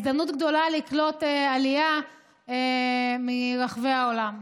הזדמנות גדולה לקלוט עלייה מרחבי העולם.